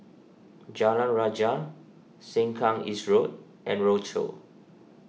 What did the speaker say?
Jalan Rajah Sengkang East Road and Rochor